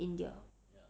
india